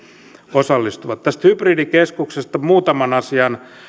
osallistuvat tästä hybridikeskuksesta muutaman asian